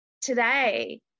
today